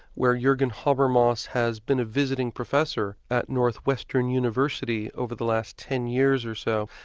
where jurgen habermas has been a visiting professor at northwestern university over the last ten years or so,